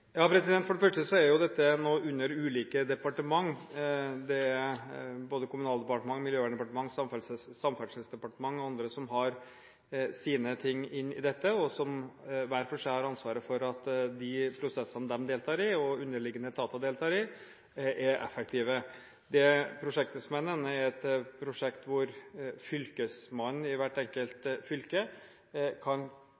For det første er dette nå under ulike departementer. Både Kommunaldepartementet, Miljøverndepartementet, Samferdselsdepartementet og andre har sine ting inn i dette, og har hver for seg ansvaret for at de prosessene de og underliggende etater deltar i, er effektive. Det prosjektet som jeg nevner, er et prosjekt hvor Fylkesmannen i hvert enkelt